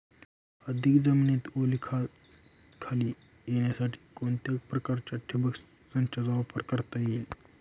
अधिक जमीन ओलिताखाली येण्यासाठी कोणत्या प्रकारच्या ठिबक संचाचा वापर करता येईल?